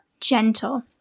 gentle